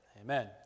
Amen